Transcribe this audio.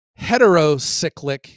heterocyclic